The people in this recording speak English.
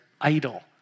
idol